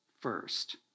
first